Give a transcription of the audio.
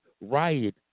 riot